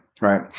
right